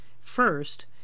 First